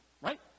Right